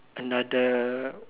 another